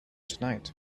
tonight